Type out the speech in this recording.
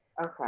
okay